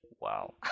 Wow